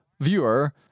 viewer